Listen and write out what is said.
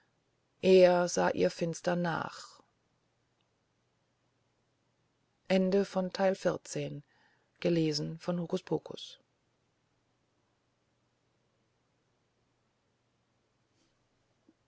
er sah ihr finster nach